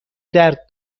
درد